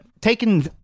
taken